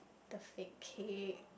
the fake cake